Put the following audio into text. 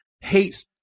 hates